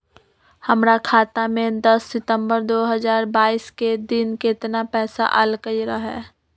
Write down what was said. हमरा खाता में दस सितंबर दो हजार बाईस के दिन केतना पैसा अयलक रहे?